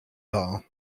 bar